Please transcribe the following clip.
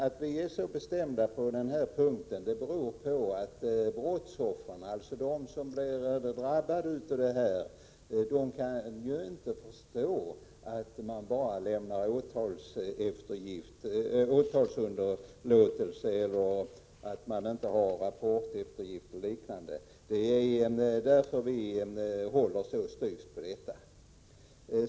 Att vi är så bestämda på denna punkt beror på att brottsoffren, alltså de som drabbas, ju inte kan förstå att man bara lämnar åtalsunderlåtelser eller att man inte har rapporteftergift och liknande. Det är som sagt därför som vi håller så styvt på detta.